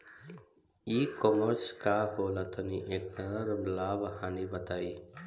ई कॉमर्स का होला तनि एकर लाभ हानि बताई?